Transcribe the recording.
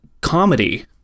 comedy